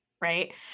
Right